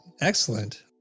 Excellent